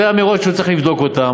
אלה אמירות שצריך לבדוק אותן.